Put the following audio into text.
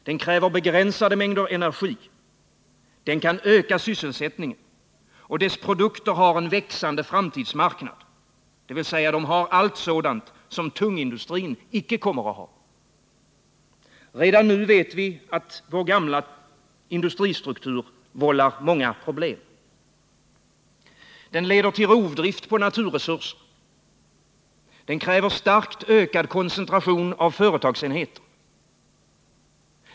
Den kräver begränsade mängder energi. Den kan öka sysselsättningen. Dess produkter har en växande framtidsmarknad — allt sådant som tungindustrin inte kommer att ha. Redan nu vållar vår gamla industristruktur många problem. Den leder till rovdrift på naturresurser. Den kräver starkt ökad koncentration av företagsenheter.